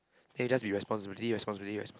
then it'll just be responsibility responsibility respon~